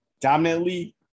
dominantly